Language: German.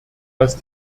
dass